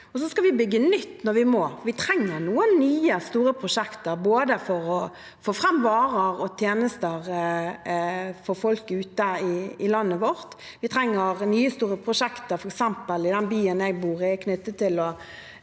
så skal vi bygge nytt når vi må. Vi trenger noen nye store prosjekter for å få fram varer og tjenester til folk ute i landet vårt, og vi trenger nye store prosjekter, f.eks. i den byen jeg bor i,